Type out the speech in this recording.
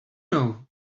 know